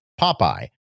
Popeye